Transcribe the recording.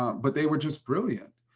but they were just brilliant.